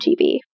TV